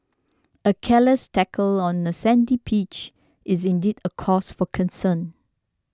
a careless tackle on a sandy pitch is indeed a cause for concern